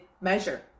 measure